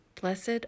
Blessed